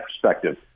perspective